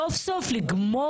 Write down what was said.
סליחה רגע,